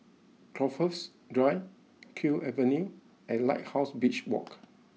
Crowhurst Drive Kew Avenue and Lighthouse Beach Walk